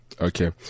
Okay